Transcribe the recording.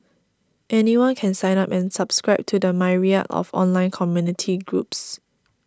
anyone can sign up and subscribe to the myriad of online community groups